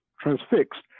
transfixed